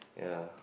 yeah